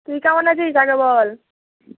তুই কেমন আছিস আগে বল